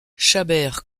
chabert